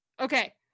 Okay